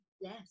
yes